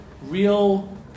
real